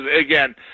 again